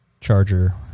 charger